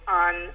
on